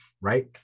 right